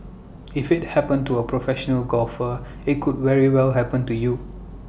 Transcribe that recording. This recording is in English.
if IT happened to A professional golfer IT could very well happen to you